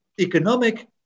economic